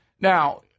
Now